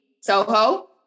Soho